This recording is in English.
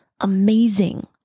amazing